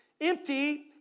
empty